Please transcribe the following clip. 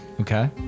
Okay